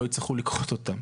לא יצטרכו לכרות אותם,